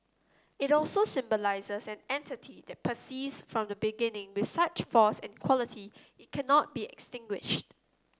it also symbolises an entity that persists from the beginning with such force and quality it cannot be extinguished